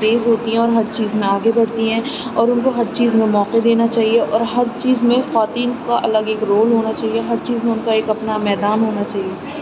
تیز ہوتی ہیں اور ہر چیز میں آگے بڑھتی ہیں اور ان کو ہر چیز میں موقعے دینا چاہیے اور ہر چیز میں خواتین کا الگ ایک رول ہونا چاہیے ہر چیز میں ان کا ایک اپنا میدان ہونا چاہیے